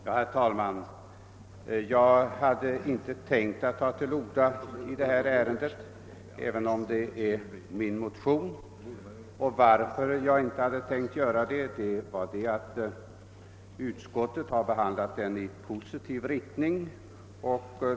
Herr talman! Jag hade inte tänkt ta till orda i detta ärende även om det gäller min motion, eftersom utskottet är enigt och har behandlat motionen positivt.